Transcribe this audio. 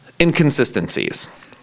inconsistencies